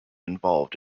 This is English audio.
involved